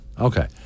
Okay